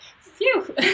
Phew